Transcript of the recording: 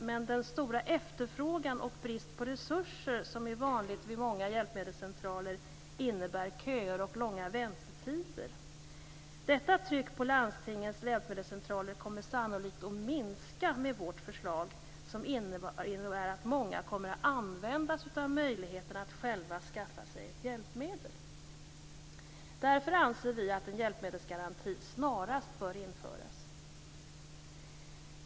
Men den stora efterfrågan och bristen på resurser som är vanlig vid många hjälpmedelscentraler innebär köer och långa väntetider. Detta tryck på landstingens hjälpmedelscentraler kommer sannolikt att minska med vårt förslag, som innebär att många kommer att använda sig av möjligheten att själva skaffa sig ett hjälpmedel. Därför anser vi att en hjälpmedelsgaranti snarast bör införas.